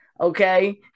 Okay